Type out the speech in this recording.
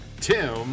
Tim